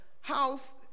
house